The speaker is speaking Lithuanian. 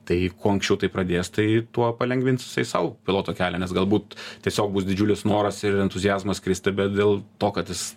tai kuo anksčiau tai pradės tai tuo palengvins jisai sau piloto kelią nes galbūt tiesiog bus didžiulis noras ir entuziazmas skristi bet dėl to kad jis